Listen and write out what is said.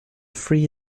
free